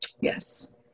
yes